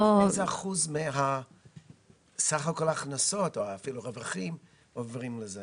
איזה אחוז מסך כל ההכנסות או מהרווחים הולכים לזה?